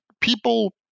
people